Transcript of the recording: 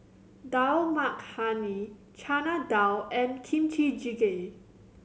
Dal Makhani Chana Dal and Kimchi Jjigae